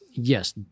Yes